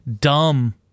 dumb